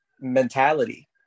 mentality